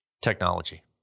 technology